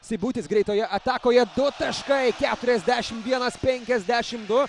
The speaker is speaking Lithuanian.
seibutis greitoje atakoje du taškai keturiasdešim vienas penkiasdešim du